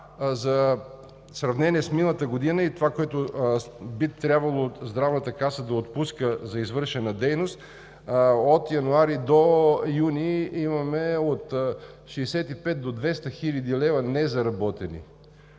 За сравнение с миналата година и това, което би трябвало Здравната каса да отпуска за извършена дейност, от месец януари до месец юни имаме от 65 до 200 хиляди лв. незаработени,